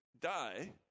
die